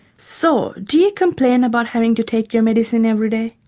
so do you complain about having to take your medicine every day,